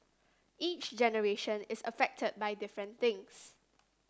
each generation is affected by different things